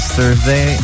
Thursday